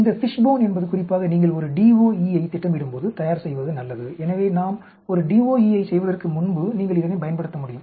இந்த ஃபிஷ்போன் என்பது குறிப்பாக நீங்கள் ஒரு DOE ஐத் திட்டமிடும்போது தயார் செய்வது நல்லது எனவே நாம் ஒரு DOE ஐச் செய்வதற்கு முன்பு நீங்கள் இதனைப் பயன்படுத்த முடியும்